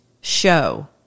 show